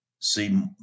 see